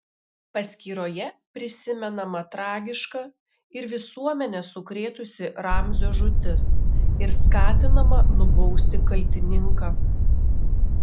paskyroje prisimenama tragiška ir visuomenę sukrėtusi ramzio žūtis ir skatinama nubausti kaltininką